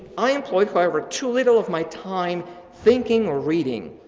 i employed however, too little of my time thinking reading.